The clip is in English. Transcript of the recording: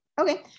okay